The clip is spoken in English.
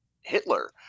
Hitler